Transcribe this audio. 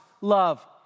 love